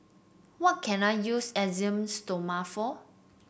what can I use Esteem Stoma for